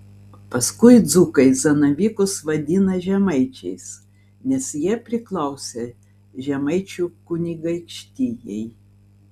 paskui dzūkai zanavykus vadina žemaičiais nes jie priklausė žemaičių kunigaikštijai